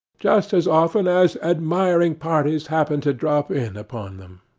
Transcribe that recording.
just as often as admiring parties happen to drop in upon them.